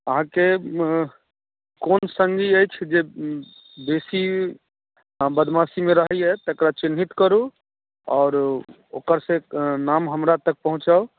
अहाँके कोन सङ्गी अछि जे बेसी बदमाशीमे रहैए तेकर चिन्हित करू आओर ओकर से नाम हमरा तक पहुँचाउ